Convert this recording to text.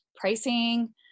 pricing